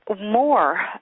more